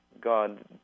God